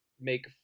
make